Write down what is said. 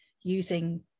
using